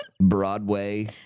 Broadway